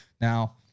Now